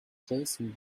jason